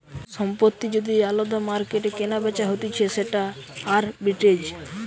সম্পত্তি যদি আলদা মার্কেটে কেনাবেচা হতিছে সেটা আরবিট্রেজ